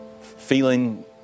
feeling